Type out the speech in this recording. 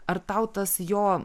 ar tau tas jo